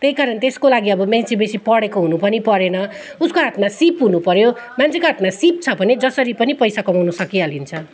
त्यही कारण त्यसको लागि अब मान्छे बेसी पढेको हुनु पनि परेन उसको हाथमा सिप हुनुपर्यो मान्छेको हाथमा सिप छ भने जसरी पनि पैसा कमाउन सकिहालिन्छ